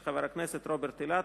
של חבר הכנסת רוברט אילטוב,